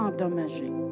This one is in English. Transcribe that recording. endommagé